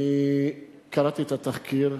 אני קראתי את התחקיר,